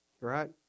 right